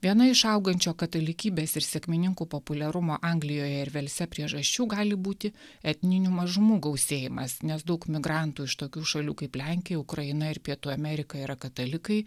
viena iš augančio katalikybės ir sekmininkų populiarumo anglijoje ir velse priežasčių gali būti etninių mažumų gausėjimas nes daug migrantų iš tokių šalių kaip lenkija ukraina ir pietų amerika yra katalikai